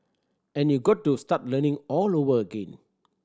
and you got to start learning all over again